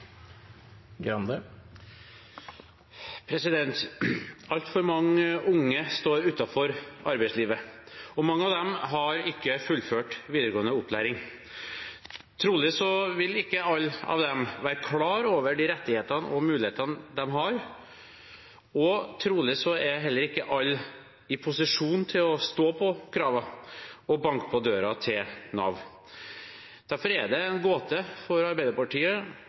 mange av dem har ikke fullført videregående opplæring. Trolig vil ikke alle av dem være klar over de rettighetene og mulighetene de har, og trolig er heller ikke alle i posisjon til å stå på kravene og banke på døra til Nav. Derfor er det en gåte for Arbeiderpartiet